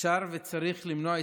אפשר וצריך למנוע התאבדויות.